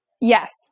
yes